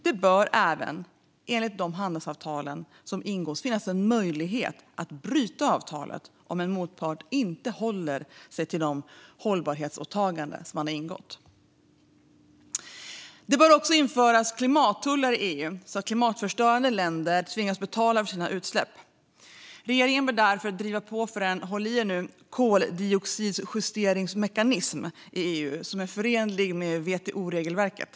Det bör även enligt de handelsavtal som ingås finnas en möjlighet att bryta avtalet om en motpart inte håller sig till de hållbarhetsåtaganden som man har gjort. Det bör införas klimattullar till EU så att klimatförstörande länder tvingas betala för sina utsläpp. Regeringen bör därför driva på för en - håll i er nu - koldioxidjusteringsmekanism i EU som är förenlig med WTO-regelverket.